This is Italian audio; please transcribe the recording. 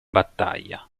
battaglia